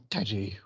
Teddy